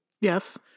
Yes